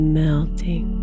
melting